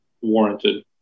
warranted